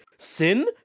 Sin